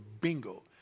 bingo